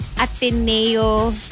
Ateneo